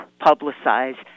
publicize